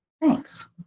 Thanks